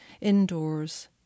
indoors